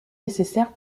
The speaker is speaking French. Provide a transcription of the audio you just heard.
nécessaires